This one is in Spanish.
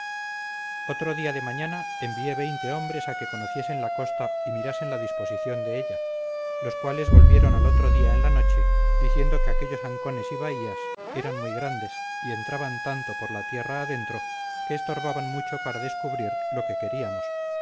otro día de mañana envié veinte hombres a que conociesen la costa y mirasen la disposición de ella los cuales volvieron al otro día en la noche diciendo que aquellos ancones y bahías eran muy grandes y entraban tanto por la tierra adentro que estorbaban mucho para descubrir lo que queríamos